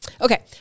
Okay